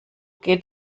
geht